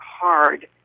hard